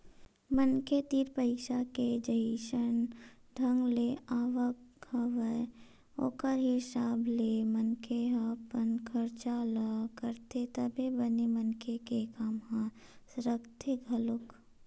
मनखे तीर पइसा के जइसन ढंग ले आवक हवय ओखर हिसाब ले मनखे ह अपन खरचा ल करथे तभे बने मनखे के काम ह सरकथे घलोक